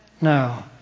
No